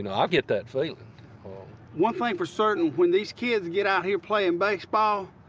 you know, i get that feeling one thing for certain when these kids get out here playing baseball,